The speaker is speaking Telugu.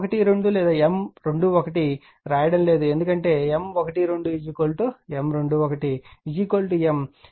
మేము M12 లేదా M12 రాయడం లేదు ఎందుకంటే M21 M21 M